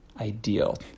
ideal